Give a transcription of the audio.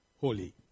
holy